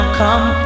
come